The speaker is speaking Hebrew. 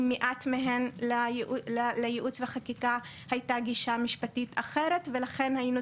עם מעט מהן לייעוץ וחקיקה הייתה גישה משפטית אחרת ולכן היינו